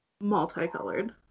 Multicolored